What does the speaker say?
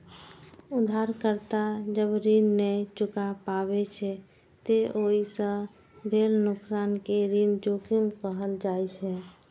उधारकर्ता जब ऋण नै चुका पाबै छै, ते ओइ सं भेल नुकसान कें ऋण जोखिम कहल जाइ छै